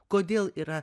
kodėl yra